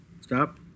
Stop